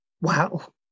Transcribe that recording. Wow